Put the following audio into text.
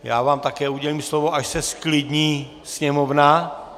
Já vám udělím slovo, až se zklidní sněmovna.